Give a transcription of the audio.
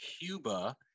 Cuba